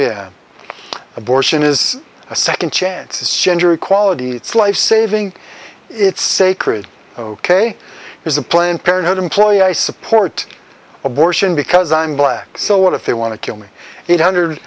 yeah abortion is a second chance is gender equality it's life saving it's sacred ok is a planned parenthood employee i support abortion because i'm black so what if they want to kill me eight hundred